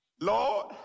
Lord